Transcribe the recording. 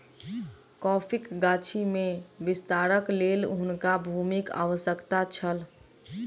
कॉफ़ीक गाछी में विस्तारक लेल हुनका भूमिक आवश्यकता छल